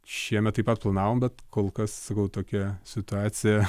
šiemet taip pat planavom bet kol kas sakau tokia situacija